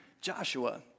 Joshua